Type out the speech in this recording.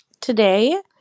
Today